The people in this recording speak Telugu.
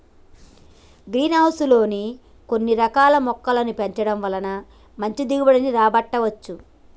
గ్రీన్ హౌస్ లో కొన్ని రకాల మొక్కలను పెంచడం వలన మంచి దిగుబడి రాబట్టవచ్చు